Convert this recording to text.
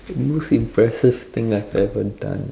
most impressive thing I have ever done